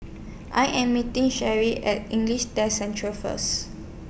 I Am meeting Shellie At English Test Centre First